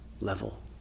level